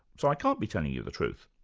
so i can't be telling you the truth.